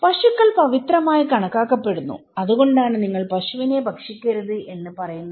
പശുക്കൾ പവിത്രമായി കണക്കാക്കപ്പെടുന്നു അതുകൊണ്ടാണ് നിങ്ങൾ പശുവിനെ ഭക്ഷിക്കരുത് എന്ന് പറയുന്നത്